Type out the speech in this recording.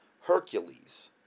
Hercules